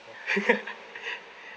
ya